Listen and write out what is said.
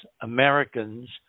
Americans